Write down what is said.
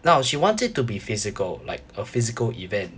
now she wants it to be physical like a physical event